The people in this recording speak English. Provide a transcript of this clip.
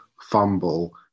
fumble